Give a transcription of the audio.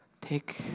take